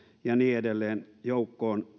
ja niin edelleen joukkoon